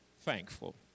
thankful